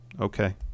Okay